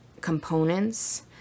components